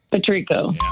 Patrico